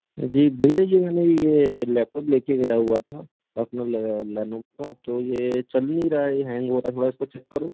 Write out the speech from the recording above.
जी भैया ये मैंने ये लैपटॉप लेके गया हुआ था अपना लेनोवो का तो ये चल नहीं रहा ये हैंग हो रहा थोड़ा इसको चेक करो